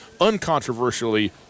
uncontroversially